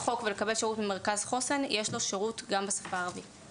בוא תיקח גם אתה אחריות ותתחיל להפעיל לחץ כדי